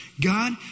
God